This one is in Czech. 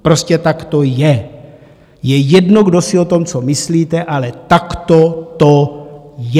Prostě tak to je, je jedno, kdo si o tom co myslíte, ale takto to je.